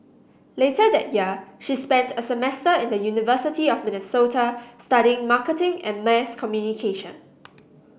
later that year she spent a semester in the University of Minnesota studying marketing and mass communication